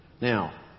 Now